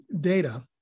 data